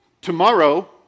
tomorrow